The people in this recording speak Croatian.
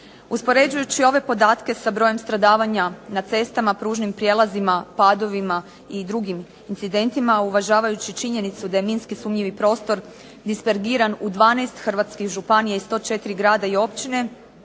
Uspoređujući ove podatke sa brojem stradavanja na cestama, pružnim prijelazima, padovima i drugim incidentima, uvažavajući činjenicu da je minski sumnjivi prostor dispergiran u 12 hrvatskih županija i 104 grada i općine,